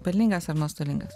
pelningas ar nuostolingas